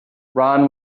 ron